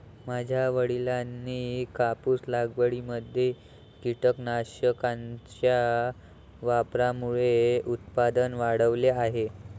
माझ्या वडिलांनी कापूस लागवडीमध्ये कीटकनाशकांच्या वापरामुळे उत्पादन वाढवले आहे